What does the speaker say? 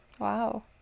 Wow